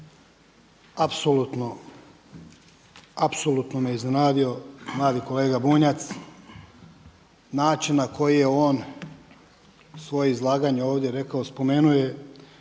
Apsolutno me iznenadio mladi kolega Bunjac, način na koji je on svoje izlaganje ovdje rekao. Spomenuo